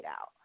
out